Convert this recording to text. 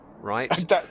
right